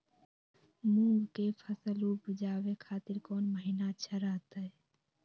मूंग के फसल उवजावे खातिर कौन महीना अच्छा रहतय?